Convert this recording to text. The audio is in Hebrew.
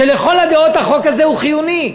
כשלכל הדעות החוק הזה הוא חיוני.